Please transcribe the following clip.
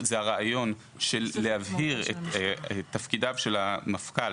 זה הרעיון של להבהיר את תפקידיו של המפכ"ל,